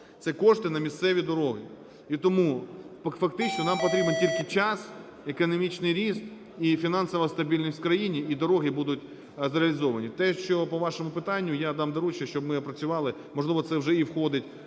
Це кошти на місцеві дороги. І тому фактично нам потрібен тільки час, економічний ріст і фінансова стабільність в країні, і дороги будуть зреалізовані. Те, що по вашому питанню, я дам доручення, щоб ми опрацювали. Можливо, це вже і входить